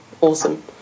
awesome